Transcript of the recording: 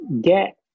get